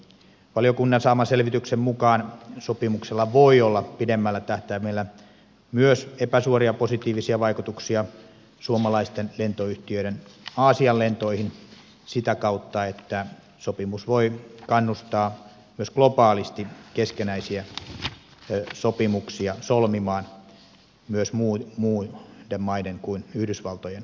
valiokunnan saaman selvityksen mukaan sopimuksella voi olla pidemmällä tähtäimellä myös epäsuoria positiivisia vaikutuksia suomalaisten lentoyhtiöiden aasian lentoihin sitä kautta että sopimus voi kannustaa globaalisti keskinäisiä sopimuksia solmimaan myös muiden maiden kuin yhdysvaltojen kanssa